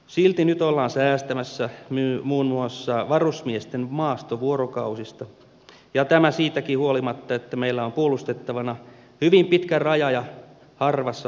silti nyt ollaan säästämässä muun muassa varusmiesten maastovuorokausista ja tämä siitäkin huolimatta että meillä on puolustettavana hyvin pitkä raja ja harvassa asuva kansa